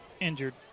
injured